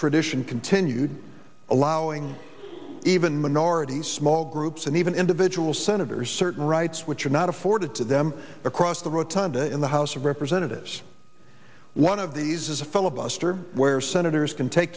tradition continued allowing even minorities small groups and even individual senators certain rights which are not afforded to them across the rotunda in the house of representatives one of these is a filibuster where senators can take